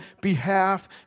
behalf